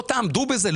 לא תעמדו בזה,